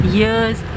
years